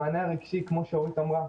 המענה הרגשי ניתן,